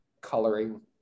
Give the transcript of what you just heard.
coloring